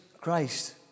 Christ